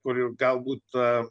kur galbūt